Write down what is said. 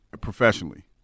professionally